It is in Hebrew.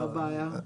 מה הבעיה?